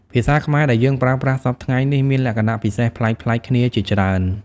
ភាសាខ្មែរដែលយើងប្រើប្រាស់សព្វថ្ងៃនេះមានលក្ខណៈពិសេសប្លែកៗគ្នាជាច្រើន។